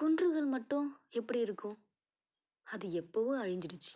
குன்றுகள் மட்டும் எப்படி இருக்கும் அது எப்பவோ அழிஞ்சிடுச்சு